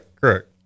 Correct